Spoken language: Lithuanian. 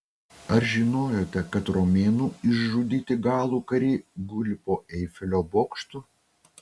ar žinojote kad romėnų išžudyti galų kariai guli po eifelio bokštu